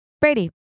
Brady